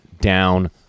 down